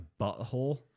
butthole